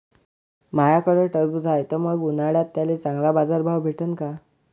माह्याकडं टरबूज हाये त मंग उन्हाळ्यात त्याले चांगला बाजार भाव भेटन का?